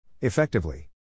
Effectively